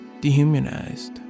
dehumanized